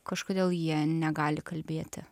kažkodėl jie negali kalbėti